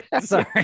Sorry